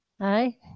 Hi